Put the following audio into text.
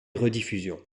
rediffusions